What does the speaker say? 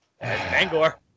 Bangor